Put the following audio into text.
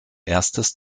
erstes